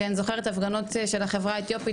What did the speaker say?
כי אני זוכרת הפגנות של החברה האתיופית